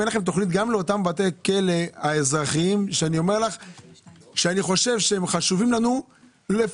אם אין לכם תוכנית גם לאותם בתי כלא האזרחיים שהם חשובים לנו לפחות,